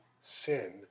sin